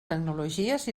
tecnologies